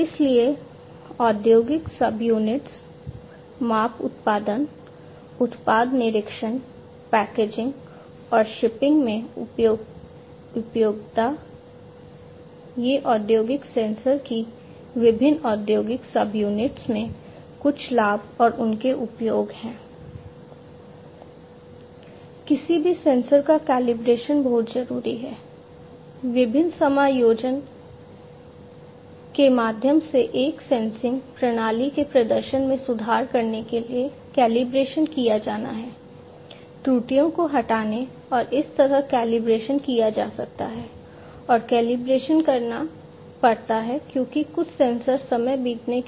इसलिए औद्योगिक सबयूनिट्स माप उत्पादन उत्पाद निरीक्षण पैकेजिंग और शिपिंग में उपयोगिता ये औद्योगिक सेंसर की विभिन्न औद्योगिक सबयूनिट्स में कुछ लाभ और उनके उपयोग हैं